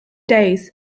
days